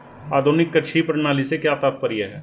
आधुनिक कृषि प्रणाली से क्या तात्पर्य है?